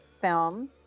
film